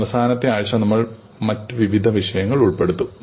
അവസാനത്തെ ആഴ്ച നമ്മൾ മറ്റു വിവിധ വിഷയങ്ങൾ ഉൾപ്പെടുത്തും